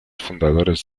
fundadores